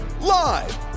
live